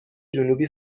جنوبی